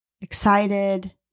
excited